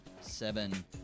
seven